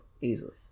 Easily